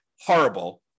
horrible